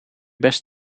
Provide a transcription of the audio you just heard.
best